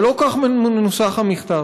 אבל לא כך מנוסח המכתב.